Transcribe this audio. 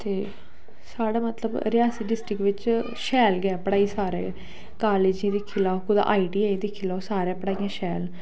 ते साढ़े मतलब रियासी डिस्ट्रिक बिच शैल गै ऐ पढ़ाई सारे गै कालेज दिक्खी लैओ कुतै आईटीआई दिक्खी लैओ सारे पढ़ाइयां शैल न